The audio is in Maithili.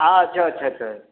अच्छा अच्छा अच्छा